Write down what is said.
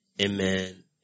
Amen